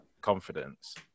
confidence